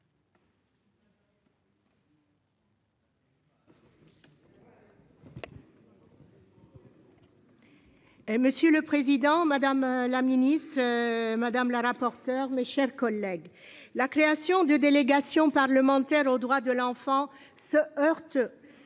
Monsieur le Président Madame la ministre. Madame la rapporteure, mes chers collègues, la création d'une délégation parlementaire aux droits de l'enfant se heurte.